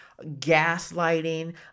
gaslighting